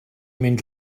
mynd